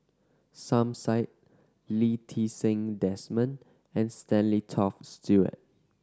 Som Said Lee Ti Seng Desmond and Stanley Toft Stewart